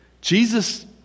Jesus